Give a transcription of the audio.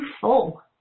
full